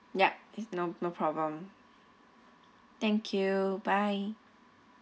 yup it's no no problem thank you bye